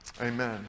Amen